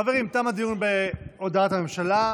חברים, תם הדיון בהודעת הממשלה.